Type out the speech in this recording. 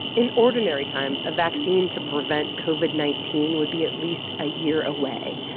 in ordinary times, a vaccine to prevent covid nineteen would be at least a year away.